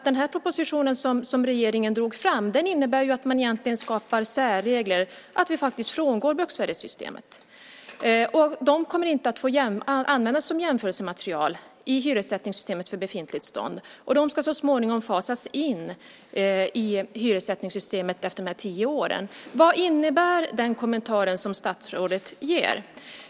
Den proposition som regeringen lade fram innebär att man egentligen skapar särregler och att vi faktiskt frångår bruksvärdessystemet. De bostäderna kommer inte att få användas som jämförelsematerial i hyressättningssystemet för befintligt bestånd. De ska så småningom fasas in i hyressättningssystem efter tio år. Vad innebär den kommentar som statsrådet ger?